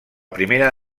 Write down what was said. primera